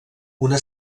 una